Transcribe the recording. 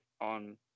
on